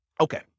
okay